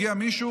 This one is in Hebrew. הגיע מישהו,